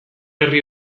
herri